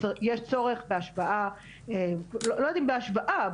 צורך בהשוואה או שלא יודעת אם בהשוואה,